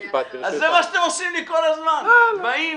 ההיפך, בואו